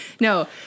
No